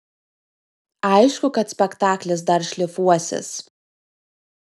aišku kad spektaklis dar šlifuosis